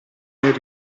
nel